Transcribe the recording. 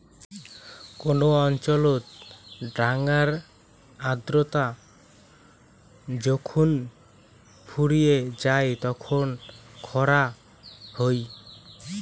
কোন অঞ্চলত ডাঙার আর্দ্রতা যখুন ফুরিয়ে যাই তখন খরা হই